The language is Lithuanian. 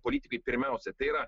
politikai pirmiausia tai yra